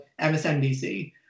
MSNBC